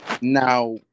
Now